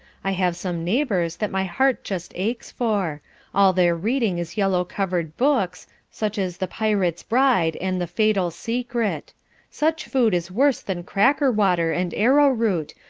i have some neighbours that my heart just aches for all their reading is yellow-covered books, such as the pirate's bride and the fatal secret such food is worse than cracker-water, and arrowroot,